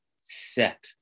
set